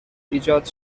ایجاد